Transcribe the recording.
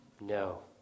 No